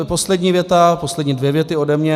Poslední věta, poslední dvě věty ode mne.